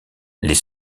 les